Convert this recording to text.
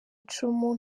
icumu